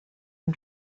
and